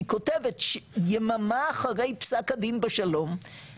היא כותבת יממה אחרי פסק הדין בשלום,